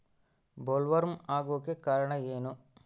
Bollworm ಆಗೋಕೆ ಕಾರಣ ಏನು?